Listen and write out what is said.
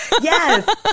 Yes